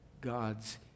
God's